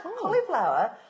cauliflower